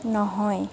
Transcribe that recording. নহয়